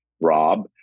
Rob